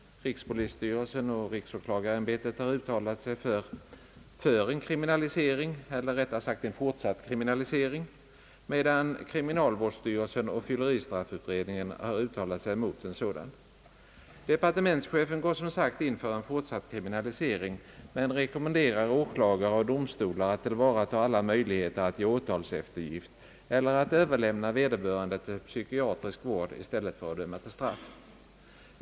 Rikspolisstyrelsen och riksåklagarämbetet har uttalat sig för en kriminalisering eller rättare sagt en fortsatt kriminali sering, medan kriminalvårdsstyrelsen och fylleristraffutredningen har uttalat sig emot en sådan. Departementschefen går som sagt in för fortsatt kriminalisering men rekommenderar åklagare och domstolar att tillvarata alla möjligheter att ge åtalseftergift eller att överlämna vederbörande till psykiatrisk vård i stället för att döma till straff.